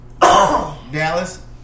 Dallas